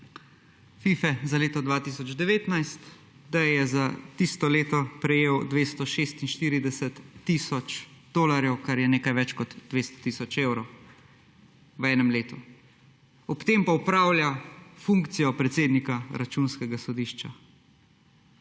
FIFE za leto 2019, da je za tisto leto prejel 246 tisoč dolarjev, kar je nekaj več kot 200 tisoč evrov v enem letu. Ob tem pa opravlja funkcijo predsednika Računskega sodišča.